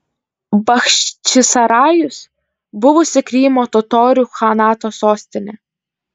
bachčisarajus buvusi krymo totorių chanato sostinė